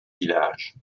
village